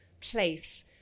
place